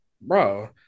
Bro